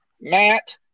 matt